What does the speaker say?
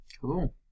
Cool